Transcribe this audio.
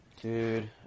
Dude